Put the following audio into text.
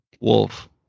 wolf